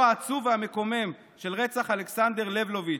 העצוב והמקומם של רצח אלכסנדר לבלוביץ'